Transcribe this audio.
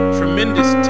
tremendous